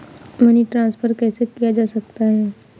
Money transfer कैसे किया जा सकता है?